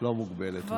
מוגבלת.